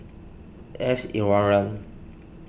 S Iswaran